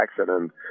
accident